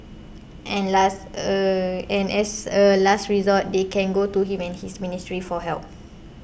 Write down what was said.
and last a and as a last resort they can go to him and his ministry for help